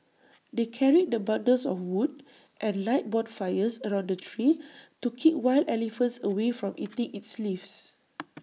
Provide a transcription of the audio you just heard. they carried the bundles of wood and light bonfires around the tree to keep wild elephants away from eating its leaves